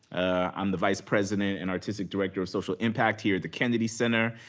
i'm the vice president and artistic director of social impact here at the kennedy center.